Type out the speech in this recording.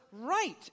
right